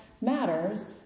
matters